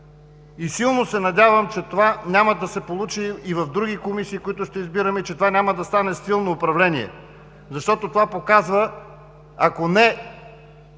Силно се надявам, че това няма да се получи и в други комисии, които ще избираме, че това няма да стане стил на управление, защото това показва, ако не